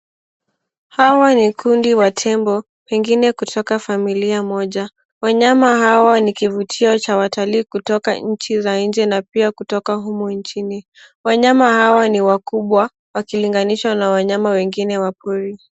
Hawa ni kundi wa tembo, pengine kutoka familia moja. Wanyama hawa ni kivutio cha watalii kutoka nchi za nje na pia kutoka humu nchini. Wanyama hawa ni wakubwa wakilinganishwa na wanyama wengine wa pori.